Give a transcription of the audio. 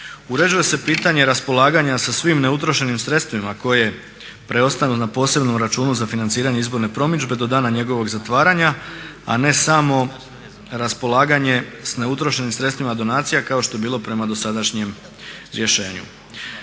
Uređuje se pitanje raspolaganja sa svim neutrošenim sredstvima koje preostanu na posebnom računu za financiranje izborne promidžbe do dana njegovog zatvaranja a ne samo raspolaganje s neutrošenim sredstvima donacija kao što je bilo prema dosadašnjem rješenju.